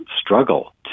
struggle